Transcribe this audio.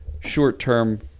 short-term